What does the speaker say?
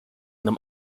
them